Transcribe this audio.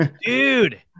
Dude